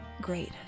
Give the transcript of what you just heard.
Great